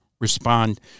respond